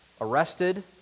arrested